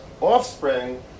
offspring